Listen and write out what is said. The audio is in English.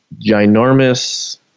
ginormous